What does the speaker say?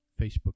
Facebook